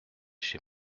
chez